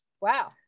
Wow